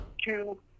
two